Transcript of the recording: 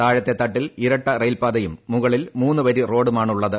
താഴത്തെ തട്ടിൽ ഇരട്ട റയിൽപാതയും മുകളിൽ മൂന്ന് വരി റോഡുമാണുള്ളത്